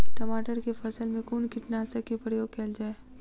टमाटर केँ फसल मे कुन कीटनासक केँ प्रयोग कैल जाय?